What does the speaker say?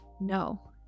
no